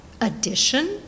addition